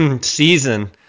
season